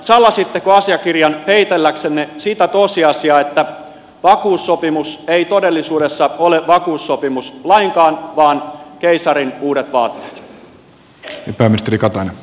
salasitteko asiakirjan peitelläksenne sitä tosiasiaa että vakuussopimus ei todellisuudessa ole vakuussopimus lainkaan vaan keisarin uudet vaatteet